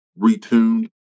retuned